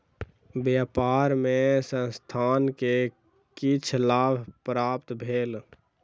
व्यापार मे संस्थान के किछ लाभ प्राप्त भेल